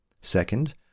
Second